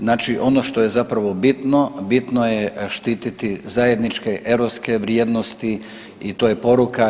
Znači ono što je zapravo bitno, bitno je štititi zajedničke europske vrijednosti i to je poruka.